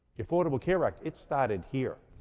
the affordable care act, it started here.